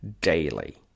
daily